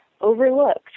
overlooked